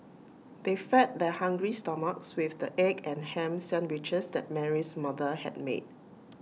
they fed their hungry stomachs with the egg and Ham Sandwiches that Mary's mother had made